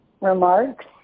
remarks